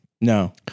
No